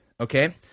okay